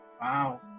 wow